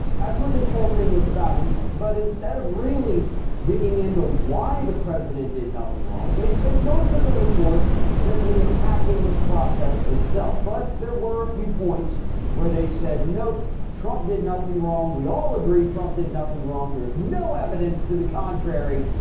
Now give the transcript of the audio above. that's what this whole thing was about, and so but instead of really digging into why the president did nothing wrong, they spent most of the report simply attacking the process itself. but there were a few points where they said, nope, trump did nothing wrong. we all agree trump did nothing wrong. there's no evidence to the contrary,